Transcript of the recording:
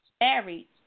married